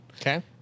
Okay